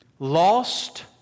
Lost